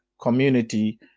community